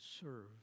serve